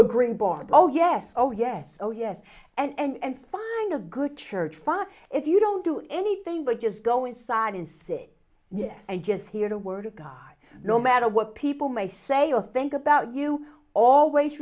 agree board oh yes oh yes oh yes and find a good church fine if you don't do anything but just go inside and say yes i just hear the word of god no matter what people may say or think about you always